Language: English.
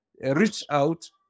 reach-out